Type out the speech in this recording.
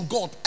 God